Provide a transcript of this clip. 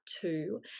two